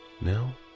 now